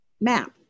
map